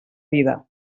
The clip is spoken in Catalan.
vida